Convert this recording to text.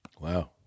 Wow